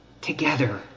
together